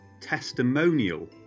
testimonial